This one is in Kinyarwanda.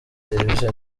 serivisi